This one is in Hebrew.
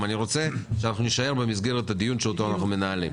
אני רוצה שנישאר במסגרת הדיון שאותו אנחנו מנהלים.